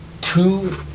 two